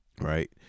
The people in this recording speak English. right